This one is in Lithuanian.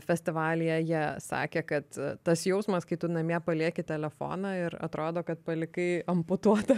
festivalyje jie sakė kad tas jausmas kai tu namie palieki telefoną ir atrodo kad palikai amputuotą